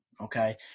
okay